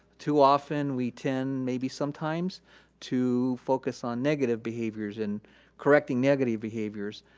too often, we tend maybe sometimes to focus on negative behaviors and correcting negative behaviors